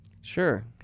Sure